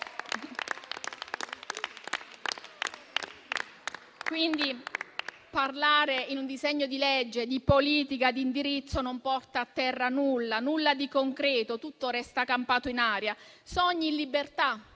Quindi, parlare in un disegno di legge di politica di indirizzo non porta a terra nulla, nulla di concreto e tutto resta campato in aria. Sogni in libertà,